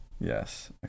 Yes